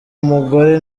umugore